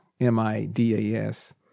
M-I-D-A-S